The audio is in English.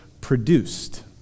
produced